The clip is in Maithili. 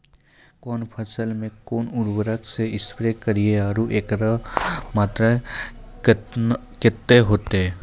कौन फसल मे कोन उर्वरक से स्प्रे करिये आरु एकरो मात्रा कत्ते होते?